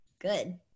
good